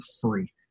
free